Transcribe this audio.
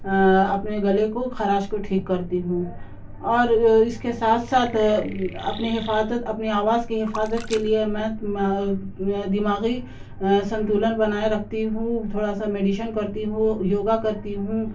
اپنے گلے کو خراش کو ٹھیک کرتی ہوں اور اس کے ساتھ ساتھ اپنی حفاظت اپنی آواز کی حفاظت کے لیے میں دماغی سنتولن بنائے رکھتی ہوں تھوڑا سا میڈیشن کرتی ہوں یوگا کرتی ہوں